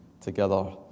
together